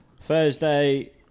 Thursday